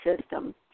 system